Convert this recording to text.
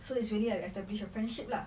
so it's really like establish a friendship lah